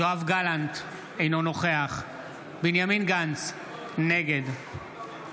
יואב גלנט, אינו נוכח בנימין גנץ, נגד